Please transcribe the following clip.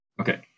Okay